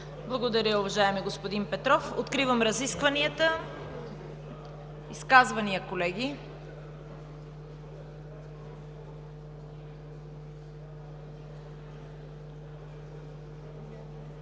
Благодаря, уважаеми господин Петров. Откривам разискванията. Изказвания, колеги?